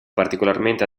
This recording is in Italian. particolarmente